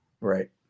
Right